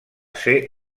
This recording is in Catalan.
ser